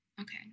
Okay